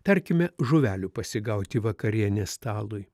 tarkime žuvelių pasigauti vakarienės stalui